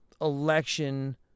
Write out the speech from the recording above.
election